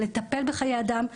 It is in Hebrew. הוא לטפל בחיי אדם,